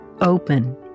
open